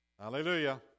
Hallelujah